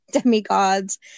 demigods